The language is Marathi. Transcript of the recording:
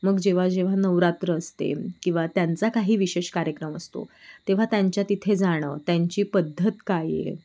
मग जेव्हा जेव्हा नवरात्र असते किंवा त्यांचा काही विशेष कार्यक्रम असतो तेव्हा त्यांच्या तिथे जाणं त्यांची पद्धत काय आहे